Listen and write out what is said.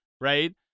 right